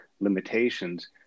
limitations